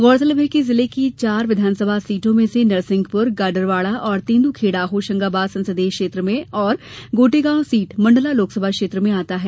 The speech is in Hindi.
गौरतलब है कि जिले की चार विधानसभा सीटों में से नरसिंहपुर गाडरवाढ़ा और तेंद्खेड़ा होशंगाबाद संसदीय क्षेत्र में और गोटेगांव सीट मंडला लोकसभा क्षेत्र में आता है